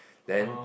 then